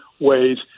ways